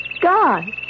God